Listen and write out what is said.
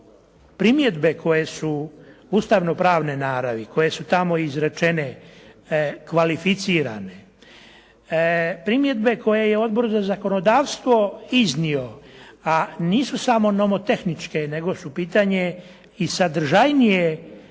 primjedbe koje su ustavno-pravne naravi, koje su tamo izrečene, kvalificirane, primjedbe koje je Odbor za zakonodavstvo iznio, a nisu samo nomotehničke nego su pitanje i sadržajnije